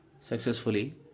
successfully